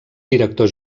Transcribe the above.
director